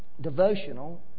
devotional